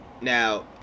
Now